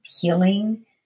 healing